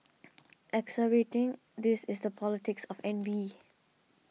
exacerbating this is the politics of envy